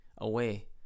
away